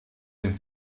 den